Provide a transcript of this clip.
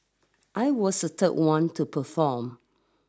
I was the third one to perform